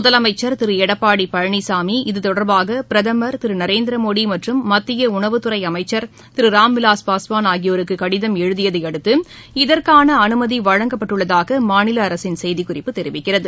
முதலமைச்சர் திரு எடப்பாடி பழனிசாமி இதுதொடர்பாக பிரதமர் திரு நரேந்திரமோடி மற்றும் மத்திய உணவுத் துறை அமைச்சர் திரு ராம்விலாஸ் பாஸ்வான் ஆகியோருக்கு கடிதம் எழுதியதை அடுத்து இதற்கான அனுமதி வழங்கப்பட்டுள்ளதாக மாநில அரசின் செய்திக் குறிப்பு தெரிவிக்கிறது